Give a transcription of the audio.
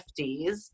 50s